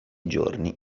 giorni